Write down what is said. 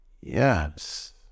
Yes